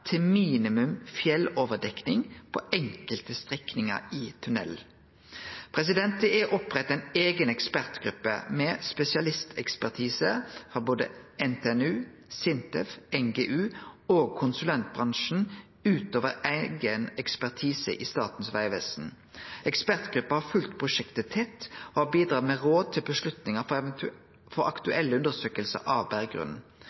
til minimum fjelloverdekking på enkelte strekningar i tunnelen. Det er oppretta ei eiga ekspertgruppe med spesialistekspertise frå både NTNU, SINTEF, NGU og konsulentbransjen utover eigen ekspertise i Statens vegvesen. Ekspertgruppa har følgt prosjektet tett og har bidrege med råd til avgjerder for aktuelle undersøkingar av berggrunnen.